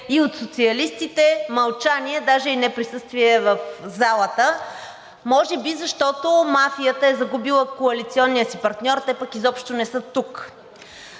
и от социалистите – мълчание, даже и неприсъствие в залата, може би защото мафията е загубила коалиционния си партньор, те пък изобщо не са тук.